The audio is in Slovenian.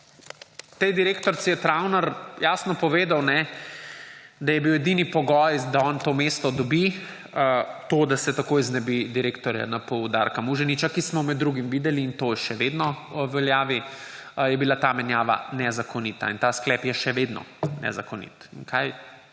tej direktorici je Travner jasno povedal, da je bil edini pogoj, da on to mesto dobi, to, da se takoj znebi direktorja NPU Darka Muženiča, kar smo med drugim videli in to je še vedno v veljavi, je bila ta menjava nezakonita in ta sklep je še vedno nezakonit.